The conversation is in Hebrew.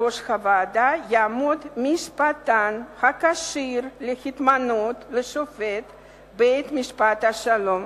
בראש הוועדה יעמוד משפטן הכשיר להתמנות לשופט בית-משפט השלום.